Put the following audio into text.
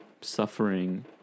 suffering